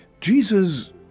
Jesus